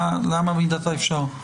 למה "במידת האפשר"?